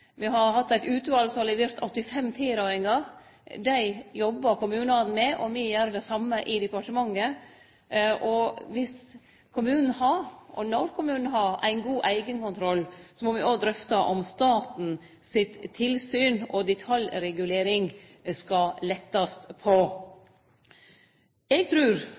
Me har hatt eit uval som har levert 85 tilrådingar. Dei jobbar kommunane med, og me gjer det same i departementet. Dersom kommunen har, og når kommunen har, ein god eigenkontroll, må me òg drøfte om staten sitt tilsyn og detaljregulering skal lettast på. Eg trur